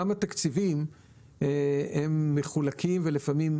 גם התקציבים מחולקים, ולפעמים,